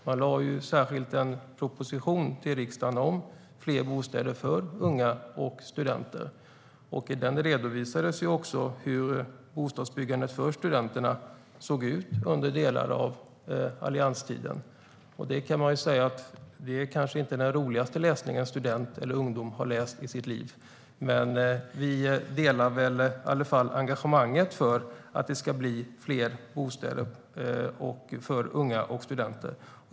Man lade fram en proposition till riksdagen om fler bostäder för unga och studenter. I den redovisades hur byggandet av bostäder till studenter såg ut under delar av allianstiden. Det är kanske inte det roligaste som en student eller ungdom har läst i sitt liv. Men vi delar i alla fall engagemanget för att det ska bli fler bostäder för unga och studenter.